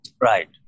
Right